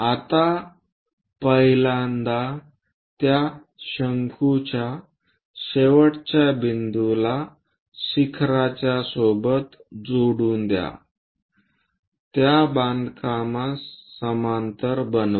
आता पहिल्यांदा त्या शंकूच्या शेवटच्या बिंदूला शिखराच्यासोबत जोडून द्या त्या बांधकामास समांतर बनवा